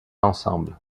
ensemble